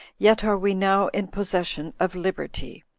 yet are we now in possession of liberty.